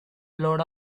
load